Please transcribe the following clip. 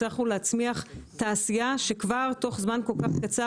הצלחנו להצמיח תעשייה שכבר תוך זמן כל כך קצר